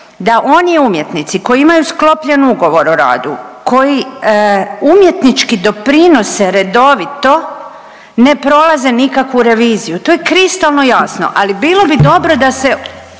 da oni umjetnici koji imaju sklopljen ugovor o radu koji umjetnički doprinose redovito ne prolaze nikakvu reviziju, to je kristalno jasno. Ali bilo bo dobro da se